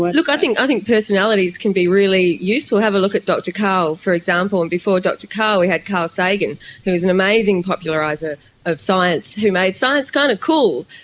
look, i think i think personalities can be really useful. have a look at dr karl, for example, and before dr karl we had karl sagan who was an amazing populariser of science, who made science kind of cool.